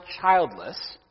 childless